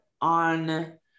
on